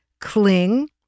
cling